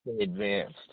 advanced